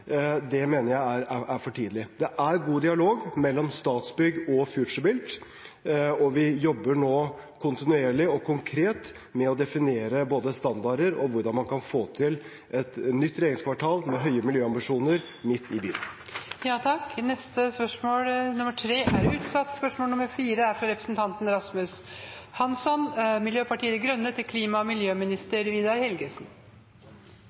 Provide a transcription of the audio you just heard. det skal inn i én ramme, mener jeg er for tidlig. Det er god dialog mellom Statsbygg og FutureBuilt, og vi jobber nå kontinuerlig og konkret med å definere standarder og hvordan man kan få til et nytt regjeringskvartal med høye miljøambisjoner midt i byen. Dette spørsmålet er utsatt til neste spørretime, da statsråden er